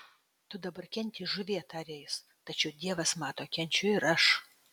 tu dabar kenti žuvie tarė jis tačiau dievas mato kenčiu ir aš